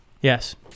Yes